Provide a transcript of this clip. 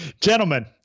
Gentlemen